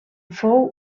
fou